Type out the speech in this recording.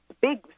big